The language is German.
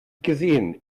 gesehen